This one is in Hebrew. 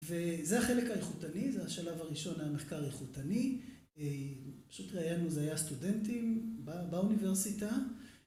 וזה החלק האיכותני, זה השלב הראשון, המחקר האיכותני. פשוט ראיינו, זה היה סטודנטים באוניברסיטה.